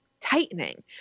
tightening